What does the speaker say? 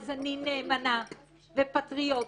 אז אני נאמנה ופטריוטית,